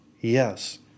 Yes